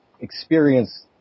experience